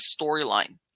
storyline